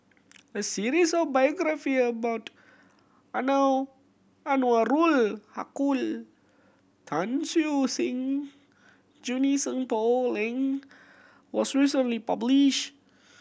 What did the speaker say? a series of biographie about Anwarul Haque Tan Siew Sin Junie Sng Poh Leng was recently publish